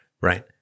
right